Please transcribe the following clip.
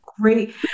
great